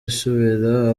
isubira